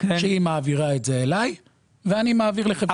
שהיא מעבירה את זה אליי ואני מעביר לחברת ענבל את התעודה.